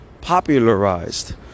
popularized